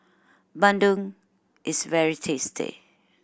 bandung is very tasty